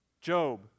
Job